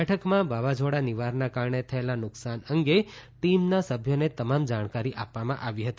બેઠકમાં વાવાઝોડા નિવારના કારણે થયેલા નુકસાન અંગે ટીમના સભ્યોને તમામ જાણકારી આપવામાં આવી હતી